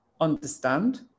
understand